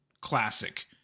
classic